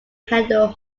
handle